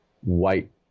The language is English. white